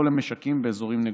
לא למשקים באזורים נגועים.